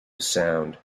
sound